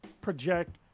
project